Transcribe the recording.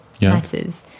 matters